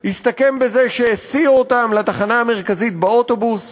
הסתכם בזה שהסיעו אותם לתחנה המרכזית באוטובוס,